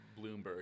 Bloomberg